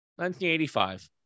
1985